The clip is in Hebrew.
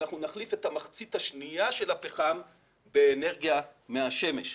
אנחנו נחליף את המחצית השנייה של הפחם באנרגיה מהשמש.